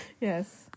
Yes